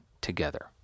together